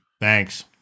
thanks